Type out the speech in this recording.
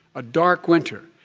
a dark winter.